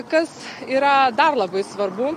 kas yra dar labai svarbu